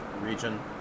region